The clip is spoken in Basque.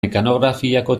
mekanografiako